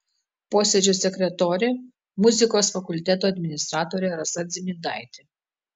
posėdžio sekretorė muzikos fakulteto administratorė rasa dzimidaitė